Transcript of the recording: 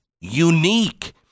unique